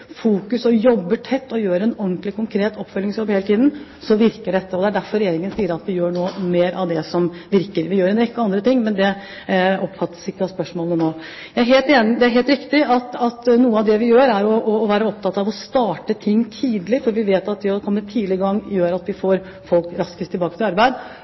fokus og jobber tett og gjør en ordentlig, konkret oppfølgingsjobb hele tiden, så virker dette. Det er derfor Regjeringen sier at vi nå gjør mer av det som virker. Vi gjør en rekke av andre ting, men det omfattes ikke av dette spørsmålet. Det er helt riktig at noe av det vi gjør, er å være opptatt av å starte ting tidlig, for vi vet at det å komme tidlig i gang, gjør at vi får folk raskest tilbake til arbeid.